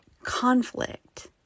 conflict